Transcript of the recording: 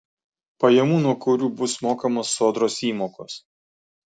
pajamų nuo kurių bus mokamos sodros įmokos